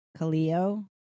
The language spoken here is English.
Kaleo